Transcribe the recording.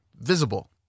visible